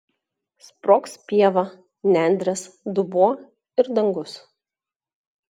sprogs pieva nendrės dubuo ir dangus